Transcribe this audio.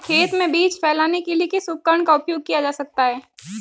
खेत में बीज फैलाने के लिए किस उपकरण का उपयोग किया जा सकता है?